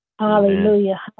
Hallelujah